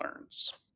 learns